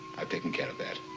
i've taken care of that.